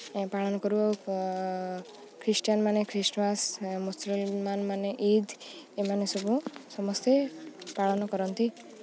ପାଳନ କରୁ ଖ୍ରୀଷ୍ଟିଆନ୍ମାନେ ଖ୍ରୀଷ୍ଟମସ୍ ମୁସଲ୍ମାନ୍ମାନେ ଇଦ୍ ଏମାନେ ସବୁ ସମସ୍ତେ ପାଳନ କରନ୍ତି